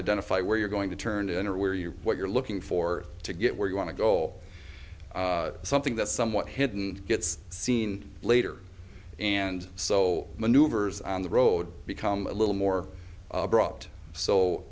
where you're going to turn it in or where you're what you're looking for to get where you want to go all something that's somewhat hidden gets seen later and so maneuvers on the road become a little more brought so